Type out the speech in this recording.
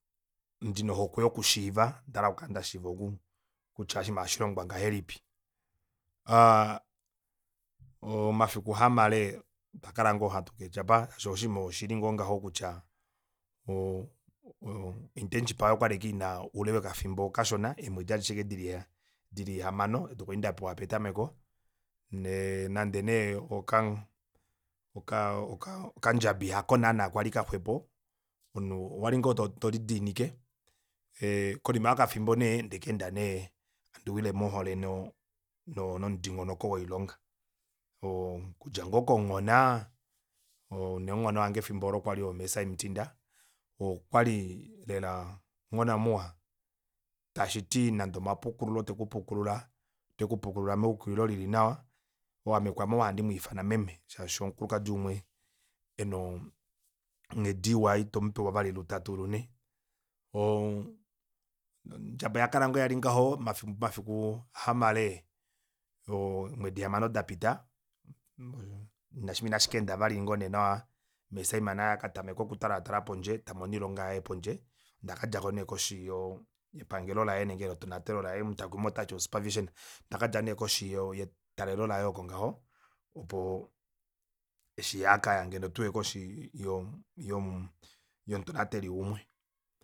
Ndina ohokwe yoku shiiva ondahala oku kala ndashiiva kutya oshiima ohashilongwa ngahelipi aa- omafiku kamale otwa kala ngoo hatu catch up shaashi oshiima oshili ngoo ngaho kutya o- o intenship aayo okwali ashike ina oule wokafimbo keemwedi dishona eemwedi ashike dili hamanho odo ndapewa petameko nande nee oka- oka- okandjabi hako naana kwali kaxwepo omunhu owali ngoo tolidiinike ee konima yokafimbo nee ondekenda nee handi wile mohole nomudingonoko woilonga okudja ngoo komunghona oo nee ali omunghona wange efimbo olo omeme saima thinda okwali lela omunghona muwa tashiti nande omapukululo tekupukulula ote kupukulula meyukililo lili nawa oo ame kwaame ohandi mwiifana meme shaashi omukulukadi umwe ena onghedi iwa itomupewa vali tulatutu lunhe oo ondjabi oyakala ngoo yali ngaho omafiku hamale eemwedi hamano dapita oshiima inashikaenda ngoo vali nawa mee saima naye akatameka okutala tala pondje tamono oilonga pondje onda kadjako nee koshi yepangelo laye nenge letonatelo laye omutakumi otati o supervision ondakandja nee koshi yetalelo laye oko ngaho opo eshi yee akaya ngeno fyee tuye koshi yo- yo mutonateli umwe